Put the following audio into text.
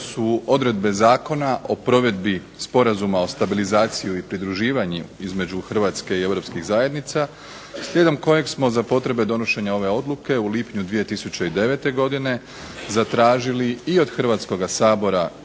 su odredbe Zakona o provedbi Sporazuma o stabilizaciji i pridruživanju između Hrvatske i europskih zajednica slijedom kojeg smo za potrebe donošenja ove odluke u lipnju 2009. godine zatražili i od Hrvatskoga sabora